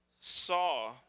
saw